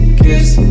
kiss